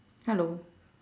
hello